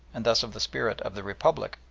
and thus of the spirit of the republic,